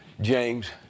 James